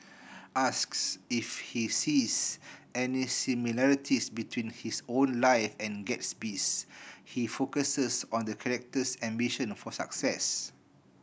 asks if he sees any similarities between his own life and Gatsby's he focuses on the character's ambition for success